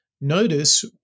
Notice